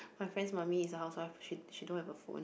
my friend's mummy is a housewife she she don't have a phone